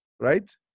right